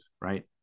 right